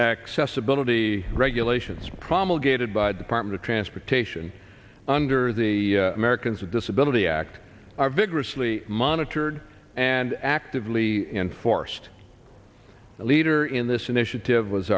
accessibility regulations promulgated by department of transportation under the americans with disability act are vigorously monitored and actively enforced the leader in this initiative was